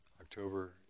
October